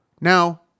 Now